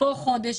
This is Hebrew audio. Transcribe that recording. פה חודש,